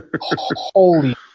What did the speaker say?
Holy